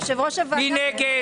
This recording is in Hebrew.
מי נגד?